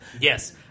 Yes